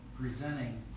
presenting